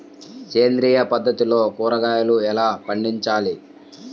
సేంద్రియ పద్ధతిలో కూరగాయలు ఎలా పండించాలి?